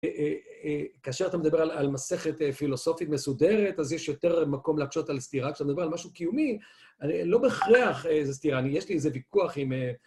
כאשר אתה מדבר על מסכת פילוסופית מסודרת, אז יש יותר מקום להקשות על סתירה. כשאתה מדבר על משהו קיומי, לא בהכרח זו סתירה, יש לי איזה ויכוח עם...